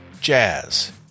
Jazz